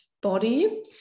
body